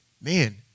man